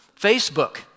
Facebook